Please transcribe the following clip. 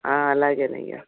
అలాగేనయ్యా